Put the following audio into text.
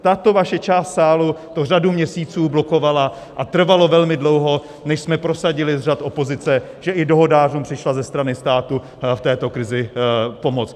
Tato vaše část sálu to řadu měsíců blokovala a trvalo velmi dlouho, než jsme prosadili z řad opozice, že i dohodářům přišla ze strany státu v této krizi pomoc.